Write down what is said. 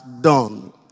done